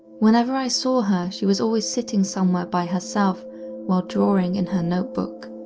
whenever i saw her she was always sitting somewhere by herself while drawing in her notebook.